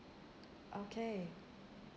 okay